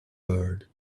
world